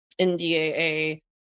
ndaa